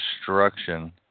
destruction